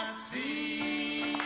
see